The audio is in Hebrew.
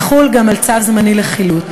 יחול גם על צו זמני לחילוט.